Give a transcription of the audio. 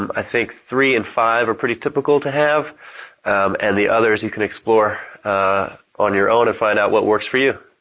i think three and five are pretty typical to have and the others you can explore on your own and find out what works for you.